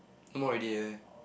no more already eh